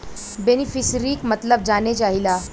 बेनिफिसरीक मतलब जाने चाहीला?